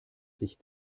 sich